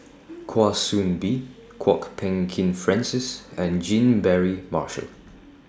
Kwa Soon Bee Kwok Peng Kin Francis and Jean Mary Marshall